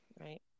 Right